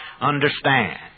understand